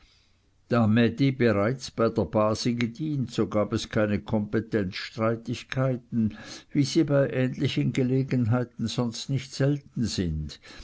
da mädi bereits bei der base gedient so gab es keine kompetenzstreitigkeiten wie sie bei ähnlichen gelegenheiten sonst nicht selten sind